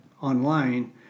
online